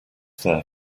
there